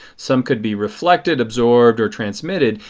some could be reflected, absorbed or transmitted.